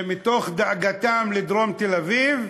מתוך דאגתם לדרום תל-אביב,